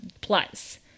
plus